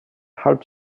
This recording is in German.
halb